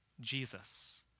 Jesus